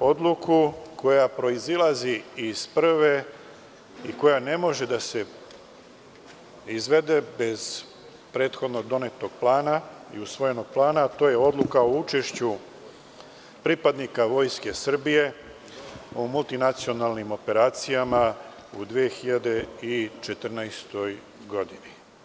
odluku koja proizilazi iz prve i koja ne može da se izvede bez prethodno donetog plana i usvojenog plana, a to je Odluka o učešću pripadnika Vojske Srbije u multinacionalnim operacijama u 2014. godini.